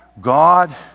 God